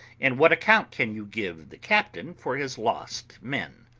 and what account can you give the captain for his lost men?